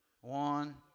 one